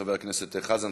של חברי הכנסת אורן חזן,